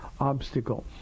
obstacle